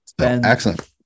Excellent